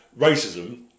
racism